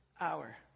hour